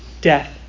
death